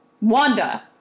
Wanda